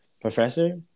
professor